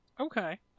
Okay